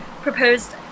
proposed